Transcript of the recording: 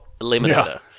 Eliminator